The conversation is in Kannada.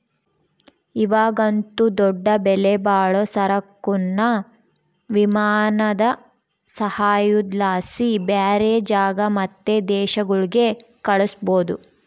ಇವಾಗಂತೂ ದೊಡ್ಡ ಬೆಲೆಬಾಳೋ ಸರಕುನ್ನ ವಿಮಾನದ ಸಹಾಯುದ್ಲಾಸಿ ಬ್ಯಾರೆ ಜಾಗ ಮತ್ತೆ ದೇಶಗುಳ್ಗೆ ಕಳಿಸ್ಬೋದು